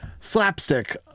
Slapstick